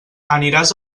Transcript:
aniràs